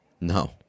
No